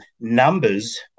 numbers